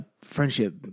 Friendship